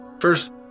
First